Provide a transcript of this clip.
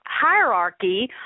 hierarchy